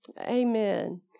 Amen